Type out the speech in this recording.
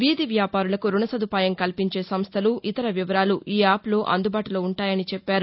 వీధి వ్యాపారులకు రుణ సదుపాయం కల్పించే సంస్దలు ఇతర వివరాలు ఈ యాప్లో అందుబాటులో ఉంటాయని చెప్పారు